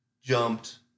jumped